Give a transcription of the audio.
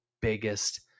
biggest